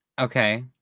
okay